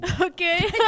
Okay